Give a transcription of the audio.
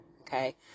okay